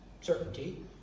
certainty